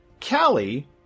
Callie